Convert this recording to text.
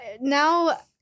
now